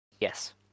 Yes